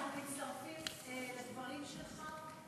אנחנו מצטרפים לדברים שלך,